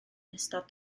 ystod